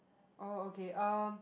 oh okay um